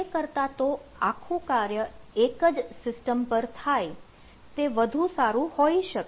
તે કરતાં તો આખું કાર્ય એક જ સિસ્ટમ પર થાય તે વધુ સારું હોઈ શકે